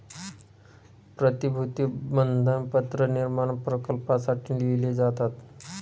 प्रतिभूती बंधपत्र निर्माण प्रकल्पांसाठी लिहिले जातात